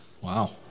Wow